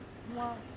!wah!